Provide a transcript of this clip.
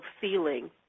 feeling